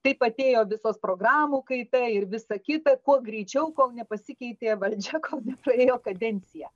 taip atėjo visos programų kaita ir visa kita kuo greičiau kol nepasikeitė valdžia kol nepraėjo kadencija